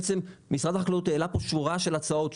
בעצם משרד החקלאות העלה פה שורה של הצעות,